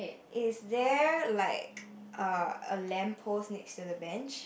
is there like uh a lamp post next to the bench